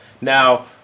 Now